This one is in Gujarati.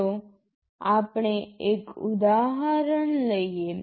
ચાલો આપણે એક ઉદાહરણ લઈએ